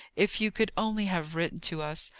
if you could only have written to us,